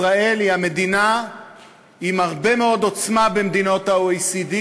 ישראל היא מדינה עם הרבה מאוד עוצמה במדינות ה-OECD,